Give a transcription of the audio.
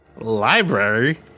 Library